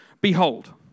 behold